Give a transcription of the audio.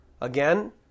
Again